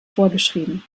vorgeschrieben